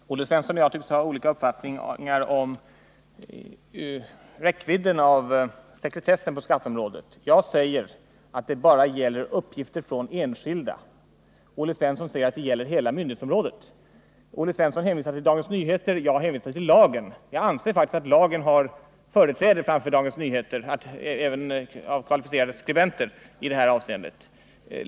Fru talman! Olle Svensson och jag tycks ha olika uppfattningar om räckvidden av sekretessen på skatteområdet. Jag säger att den bara gäller uppgifter om enskilda. Olle Svensson säger att sekretessen gäller hela myndighetsområdet. Olle Svensson hänvisade till Dagens Nyheter, jag hänvisade till lagen. Jag anser faktiskt att lagen har företräde framför Dagens Nyheter — även det som skrivits av kvalificerade skribenter — i det här avseendet.